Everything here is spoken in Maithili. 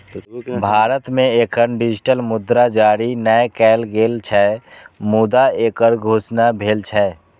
भारत मे एखन डिजिटल मुद्रा जारी नै कैल गेल छै, मुदा एकर घोषणा भेल छै